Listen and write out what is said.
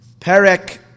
Perek